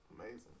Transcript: Amazing